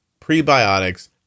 prebiotics